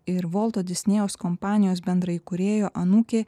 ir volto disnėjaus kompanijos bendraįkūrėjo anūkė